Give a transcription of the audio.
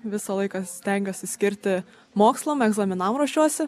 visą laiką stengiuosi skirti mokslam egzaminam ruošiuosi